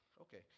Okay